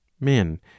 Men—